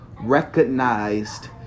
recognized